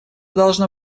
должно